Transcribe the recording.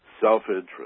self-interest